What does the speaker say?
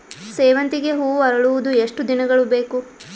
ಸೇವಂತಿಗೆ ಹೂವು ಅರಳುವುದು ಎಷ್ಟು ದಿನಗಳು ಬೇಕು?